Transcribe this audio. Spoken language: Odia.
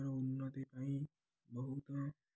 ଉନ୍ନତି ପାଇଁ ବହୁତ